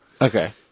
Okay